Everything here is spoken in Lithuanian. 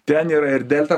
ten yra ir delta